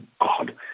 God